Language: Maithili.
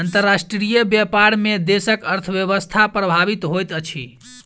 अंतर्राष्ट्रीय व्यापार में देशक अर्थव्यवस्था प्रभावित होइत अछि